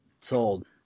Sold